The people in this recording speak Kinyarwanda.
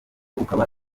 ukaba